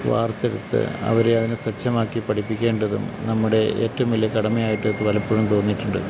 വാർത്തെടുത്ത് അവരെയതിന് സജ്ജമാക്കി പഠിപ്പിക്കേണ്ടതും നമ്മുടെ ഏറ്റവും വലിയ കടമ ആയിട്ട് പലപ്പോഴും തോന്നിയിട്ടുണ്ട്